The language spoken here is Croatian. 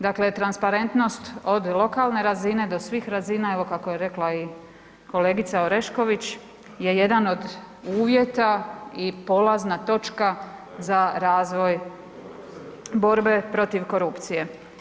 Dakle, transparentnost od lokalne razine do svih razina, evo, kako je rekla i kolegica Orešković, je jedan od uvjeta i polazna točka za razvoj borbe protiv korupcije.